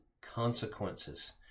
consequences